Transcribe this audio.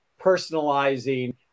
personalizing